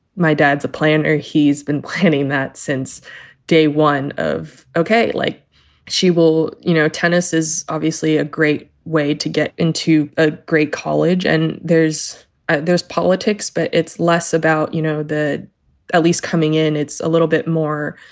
my dad's a planner. he's been planning that since day one of. ok. like she will. you know, tennis is obviously a great way to get into a great college. and there's there's politics, but it's less about, you know, the at least coming in. it's a little bit more.